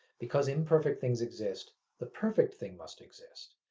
because imperfect things exist, the perfect thing must exist.